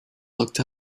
looked